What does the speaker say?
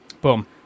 Boom